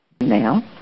Now